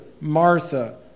Martha